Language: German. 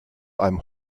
einem